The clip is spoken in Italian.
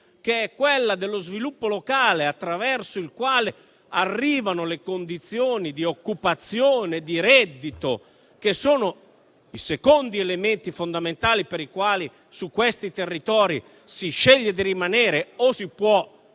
che è quella dello sviluppo locale, attraverso il quale arrivano le condizioni di occupazione e di reddito che sono i secondi elementi fondamentali per i quali su questi territori si sceglie di rimanere o si può